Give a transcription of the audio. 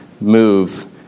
move